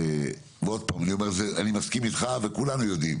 ועוד פעם אני מסכים איתך וכולנו יודעים